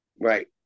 Right